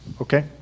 Okay